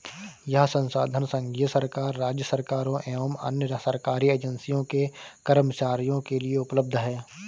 यह संसाधन संघीय सरकार, राज्य सरकारों और अन्य सरकारी एजेंसियों के कर्मचारियों के लिए उपलब्ध है